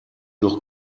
noch